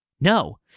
No